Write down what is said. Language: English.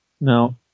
Now